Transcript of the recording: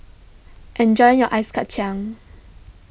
enjoy your Ice Kacang